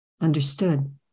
Understood